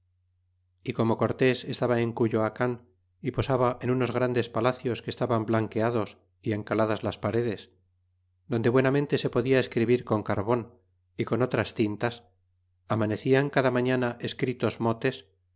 y como cortés estaba en cuyoacan y posaba en unos grandes palacios que estaban blanqueados y encaladas las paredes donde buenamente se podia escribir con carbon y con otras tintas amanecian cada mañana escritos motes